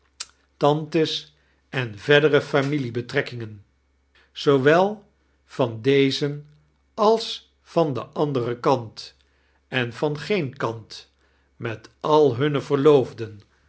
tantes en verdere familiebetrekkingen zoowel van dezen als van den anderen kant en van geen kanty met al hunne verloofden